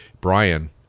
Brian